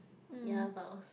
ya was